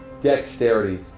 dexterity